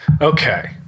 Okay